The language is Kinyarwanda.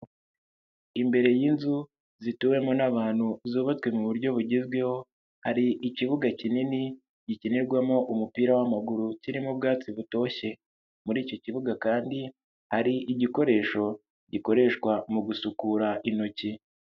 Imbere y'inzu zituwemo n'abantu zubatswe mu buryo bugezwehoZ, hari ikibuga kinini gikinirwamo umupira w'amaguru kirimo ubwatsi butoshye. Muri iki kibuga kandi hari igikoresho gikoreshwa mu gusukura intoki.